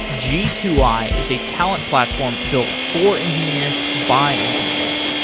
g two i is a talent platform built for engineers, by engineers.